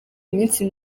minsi